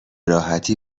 راحتی